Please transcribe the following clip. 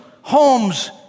homes